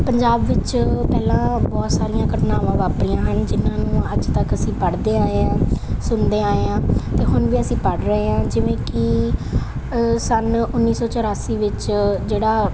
ਪੰਜਾਬ ਵਿੱਚ ਪਹਿਲਾਂ ਬਹੁਤ ਸਾਰੀਆਂ ਘਟਨਾਵਾਂ ਵਾਪਰੀਆਂ ਹਨ ਜਿਹਨਾਂ ਨੂੰ ਅੱਜ ਤੱਕ ਅਸੀਂ ਪੜ੍ਹਦੇ ਆਏ ਹਾਂ ਸੁਣਦੇ ਆਏ ਹਾਂ ਅਤੇ ਹੁਣ ਵੀ ਅਸੀਂ ਪੜ੍ਹ ਰਹੇ ਹਾਂ ਜਿਵੇਂ ਕਿ ਸੰਨ ਉੱਨੀ ਸੌ ਚੁਰਾਸੀ ਵਿੱਚ ਜਿਹੜਾ